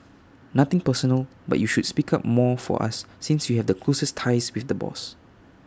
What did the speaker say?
nothing personal but you should speak up more for us since you have the closest ties with the boss